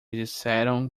disseram